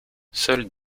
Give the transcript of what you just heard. seuls